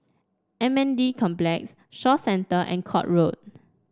M N D Complex Shaw Centre and Court Road